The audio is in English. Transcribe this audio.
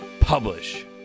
publish